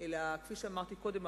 אלא כפי שאמרתי קודם,